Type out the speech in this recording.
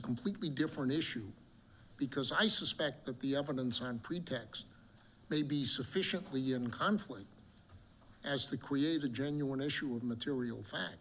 completely different issue because i suspect that the evidence and pretext may be sufficiently in conflict as to create a genuine issue of material fa